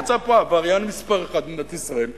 מי שיצא פה עבריין מספר אחת במדינת ישראל זה,